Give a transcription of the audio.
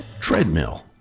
treadmill